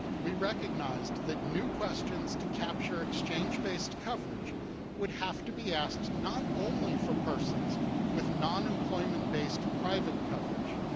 we recognized that new questions to capture exchange-based coverage would have to be asked not only for persons with non-employment-based private coverage,